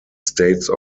states